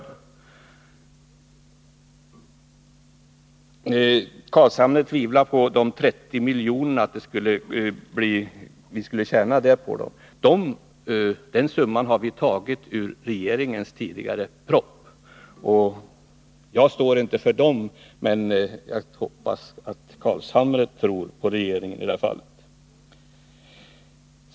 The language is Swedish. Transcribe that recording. Nils Carlshamre tvivlar på att vi skulle tjäna 30 milj.kr. på att återinföra äktamakeprövningen. Men den siffran har vi tagit ur regeringens tidigare proposition. Jag står inte för den siffran, men jag hoppas att Nils Carlshamre tror på regeringen i det fallet.